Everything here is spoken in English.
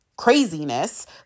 Craziness